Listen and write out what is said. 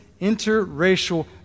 interracial